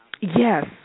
Yes